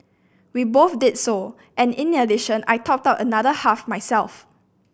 we both did so and in addition I topped another half myself